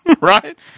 right